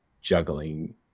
juggling